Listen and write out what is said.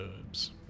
herbs